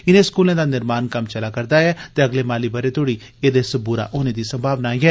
इनें स्कूलें दा निर्माण कम्म चला'रदा ऐ ते अगले माली ब'रे तोड़ी एहदे सबूरा होने दी संभावना ऐ